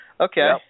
Okay